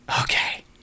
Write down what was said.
Okay